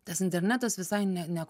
tas internetas visai ne neko